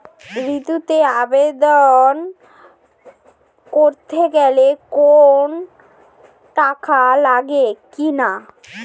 ঋণের আবেদন করতে গেলে কোন টাকা লাগে কিনা?